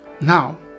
Now